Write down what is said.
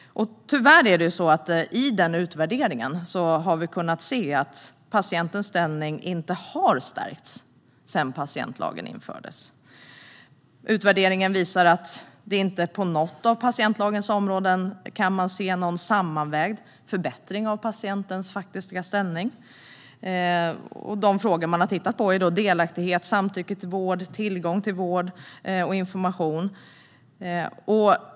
Tyvärr har vi i den utvärderingen kunnat se att patientens ställning inte har stärkts sedan patientlagen infördes. Utvärderingen visar att det inte på något av patientlagens områden syns någon sammanvägd förbättring av patientens faktiska ställning. De frågor man har tittat på är delaktighet, samtycke till vård, tillgång till vård och tillgång till information.